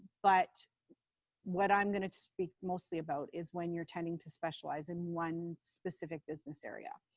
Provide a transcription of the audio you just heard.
but what i'm going to speak mostly about is when you're tending to specialize in one specific business area.